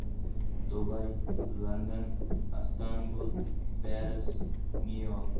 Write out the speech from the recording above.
Dubai London Istanbul Paris New York